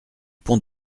pont